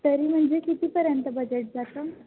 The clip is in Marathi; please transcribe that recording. तरी म्हणजे कितीपर्यंत बजेट जातं